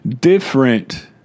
different